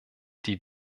die